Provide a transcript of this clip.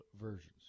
versions